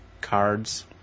cards